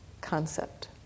concept